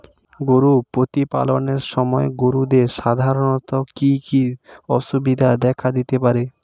গরু প্রতিপালনের সময় গরুদের সাধারণত কি কি অসুবিধা দেখা দিতে পারে?